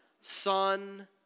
Son